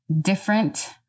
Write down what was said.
different